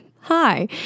Hi